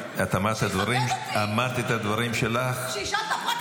-- דבר אחד תבינו: אני לכל הפחות צעד